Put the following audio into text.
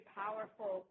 powerful